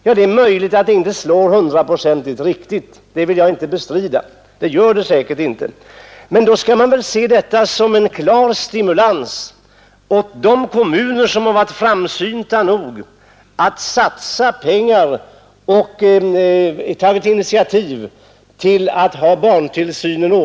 Ja, det är troligt att det där inte slår hundraprocentigt rätt, men man skall se det som en klar stimulans åt de kommuner som varit framsynta nog att satsa pengar på och ta initiativ till en ordnad barntillsyn.